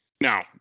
now